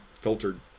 filtered